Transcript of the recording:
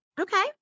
okay